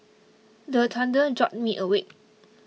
the thunder jolt me awake